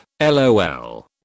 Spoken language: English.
lol